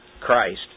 Christ